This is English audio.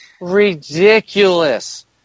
ridiculous